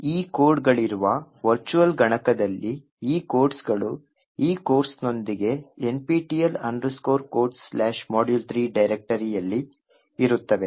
ಈ ಕೋಡ್ಗಳಿರುವ ವರ್ಚುವಲ್ ಗಣಕದಲ್ಲಿ ಈ ಕೋಡ್ಸಗಳು ಈ ಕೋರ್ಸ್ನೊಂದಿಗೆ nptel codesmodule3 ಡೈರೆಕ್ಟರಿಯಲ್ಲಿ ಇರುತ್ತವೆ